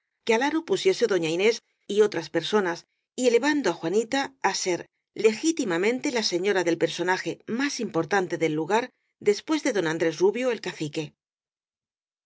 que al aro pusiesen doña inés y otras personas y elevando á juanita á ser legítimamente la señora del personaje más impor tante del lugar después de don andrés rubio el cacique